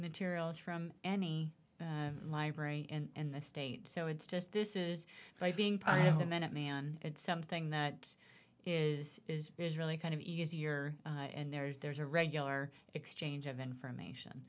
materials from any library and the state so it's just this is by being part of the minuteman it's something that is really kind of easier and there's there's a regular exchange of information